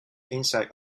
inside